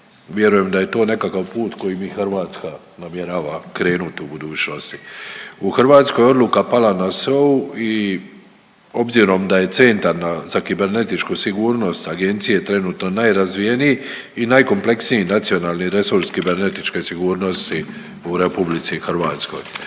Vjerujem da je to nekakav put kojim i Hrvatska namjerava krenuti u budućnosti. U Hrvatskoj je odluka pala na SOA-u i obzirom da je Centar za kibernetičku sigurnost Agencije trenutno najrazvijeniji i najkompleksniji nacionalni resurs kibernetičke sigurnosti u RH. Uz, u zakonu